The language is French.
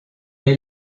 est